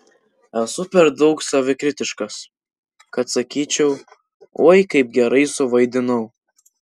esu per daug savikritiškas kad sakyčiau oi kaip gerai suvaidinau